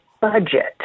budget